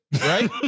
right